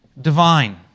divine